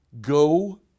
Go